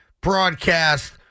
broadcast